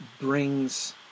brings